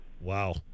Wow